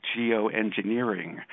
geoengineering